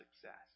success